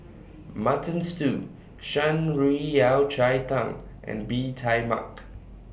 Mutton Stew Shan Rui Yao Cai Tang and Bee Tai Mak